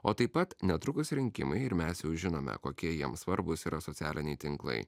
o taip pat netrukus rinkimai ir mes jau žinome kokie jiems svarbūs yra socialiniai tinklai